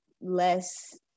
less